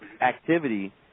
activity